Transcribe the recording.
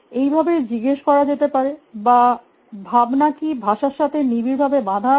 এইভাবে জিগেস করা যেতে পারে বা ভাবনা কী ভাষার সাথে নিবিড়ভাবে বাঁধা আছে